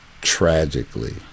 Tragically